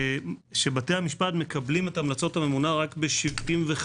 - שבתי המשפט מקבלים את המלצות הממונה רק ב-75%.